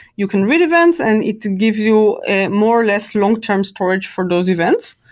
you can read events and it gives you a more or less long-term storage for those events.